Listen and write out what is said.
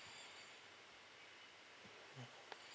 mm